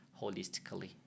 holistically